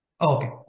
Okay